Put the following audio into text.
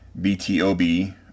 BTOB